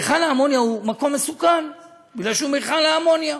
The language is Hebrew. מכל האמוניה הוא מקום מסוכן בגלל שהוא מכל אמוניה.